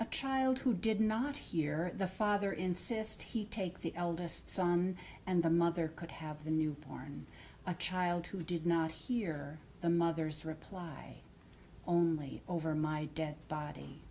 a child who did not hear the father insist he take the eldest son and the mother could have the newborn child who did not hear the mother's reply only over my dead body